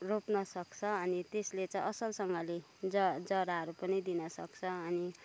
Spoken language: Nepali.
रोप्नसक्छ अनि त्यसले चाहिँ असलसँगले ज जराहरू पनि दिनसक्छ अनि